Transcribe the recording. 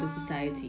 ah